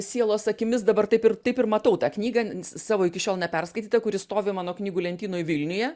sielos akimis dabar taip ir taip ir matau tą knygą savo iki šiol neperskaitytą kuri stovi mano knygų lentynoj vilniuje